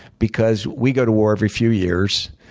because we go to war every few years.